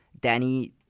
Danny